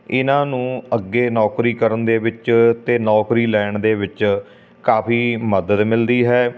ਇਨ੍ਹਾਂ ਨੂੰ ਅੱਗੇ ਨੌਕਰੀ ਕਰਨ ਦੇ ਵਿੱਚ ਅਤੇ ਨੌਕਰੀ ਲੈਣ ਦੇ ਵਿੱਚ ਕਾਫੀ ਮਦਦ ਮਿਲਦੀ ਹੈ